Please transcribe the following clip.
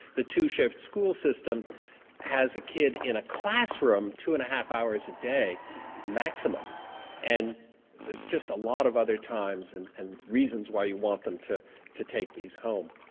the two-shift school system has a kid in a classroom two and a half hours a day maximum and there's just a lot of other times and and reasons why you want them to to take these homes.